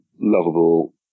lovable